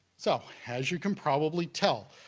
so, as you can probably tell,